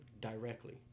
directly